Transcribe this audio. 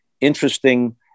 interesting